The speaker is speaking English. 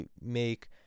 make